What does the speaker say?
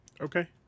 okay